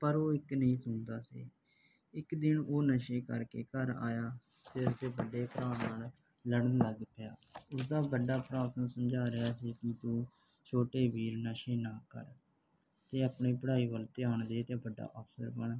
ਪਰ ਉਹ ਇੱਕ ਨਹੀਂ ਸੁਣਦਾ ਸੀ ਇੱਕ ਦਿਨ ਉਹ ਨਸ਼ੇ ਕਰਕੇ ਘਰ ਆਇਆ ਅਤੇ ਉਸਦੇ ਵੱਡਾ ਭਰਾ ਨਾਲ ਲੜਨ ਲੱਗ ਪਿਆ ਉਸਦਾ ਵੱਡਾ ਭਰਾ ਉਸਨੂੰ ਸਮਝਾ ਰਿਹਾ ਸੀ ਕਿ ਤੂੰ ਛੋਟੇ ਵੀਰ ਨਸ਼ੇ ਨਾ ਕਰ ਅਤੇ ਆਪਣੀ ਪੜ੍ਹਾਈ ਵੱਲ ਧਿਆਨ ਦੇ ਅਤੇ ਵੱਡਾ ਅਫਸਰ ਬਣ